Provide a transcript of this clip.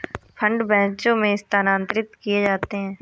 fund बैचों में स्थानांतरित किए जाते हैं